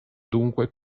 dunque